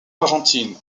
argentine